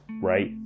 Right